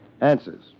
Answers